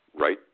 right